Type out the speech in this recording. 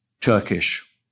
Turkish